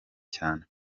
cyane